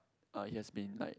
uh it has been like